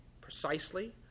precisely